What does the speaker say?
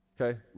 okay